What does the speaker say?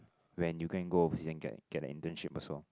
when you can go overseas and get get an internship also